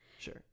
sure